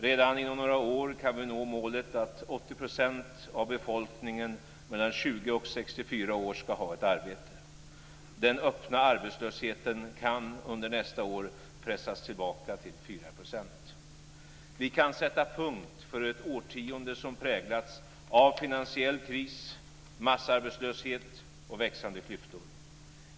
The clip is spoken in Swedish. Redan inom några år kan vi nå målet att 80 % av befolkningen mellan 20 och 64 år ska ha ett arbete. Den öppna arbetslösheten kan under nästa år pressas tillbaka till 4 %. Vi kan sätta punkt för ett årtionde som präglats av finansiell kris, massarbetslöshet och växande klyftor.